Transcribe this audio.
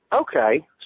okay